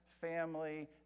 family